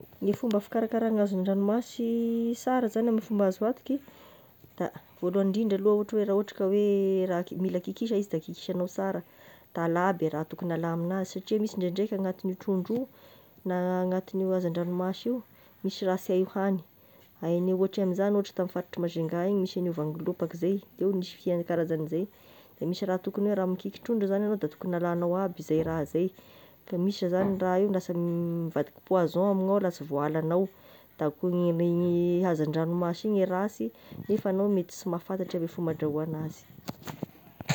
Ny fomba fikarakarany hazan-dragnomasy sara zagny amin'ny fomba azo antoky, da voalohany indrindra aloha ohatra hoe raha ohatry ka hoe raha ki- mila kikisa izy da kikisanao sara da alà aby e raha tokony alà amign'azy satria misy ndraindraika agnatin'io trondro io, na agnatin'io hazan-dranomasy io, misy raha sy hay hoagny, a hay gny ohatra an'izagny ohatry tamy faritry Majunga igny nisy an'io vangilopaky zay, io nisy fia karazan'izay da misy raha tokony hoe raha mikiky trondro zagny agnao de tokony alagna aby zay raha zay fa misy zany raha io lasa mivadika poison amignao ao la sy voahalagnao da koa gny me io hazan-dranomasy io rasy nefa egnao mety sy mahafantatry ny fomba handrahoa anazy.